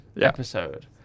episode